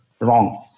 wrong